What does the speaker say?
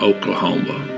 Oklahoma